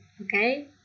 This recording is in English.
okay